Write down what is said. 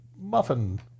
muffin